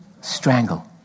Strangle